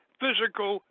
physical